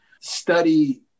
study